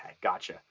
gotcha